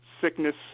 sickness